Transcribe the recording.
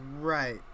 Right